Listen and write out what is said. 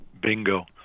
Bingo